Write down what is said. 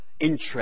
interest